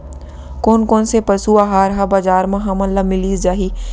कोन कोन से पसु आहार ह बजार म हमन ल मिलिस जाही?